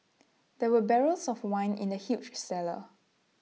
there were barrels of wine in the huge cellar